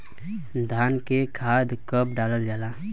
धान में खाद कब डालल जाला?